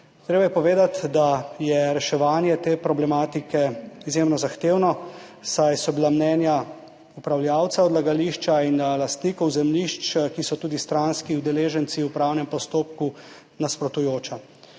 Treba je povedati, da je reševanje te problematike izjemno zahtevno, saj so bila mnenja upravljavca odlagališča in lastnikov zemljišč, ki so tudi stranski udeleženci v upravnem postopku, nasprotujoča.